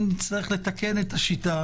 אם נצטרך לתקן את השיטה